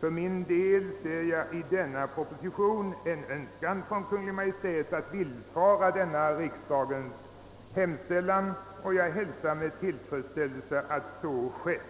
För min del ser jag i denna proposition en önskan från Kungl. Maj:t att villfara denna riksdagens hemställan, och jag hälsar med tillfredsställelse att så har skett.